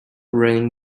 running